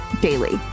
daily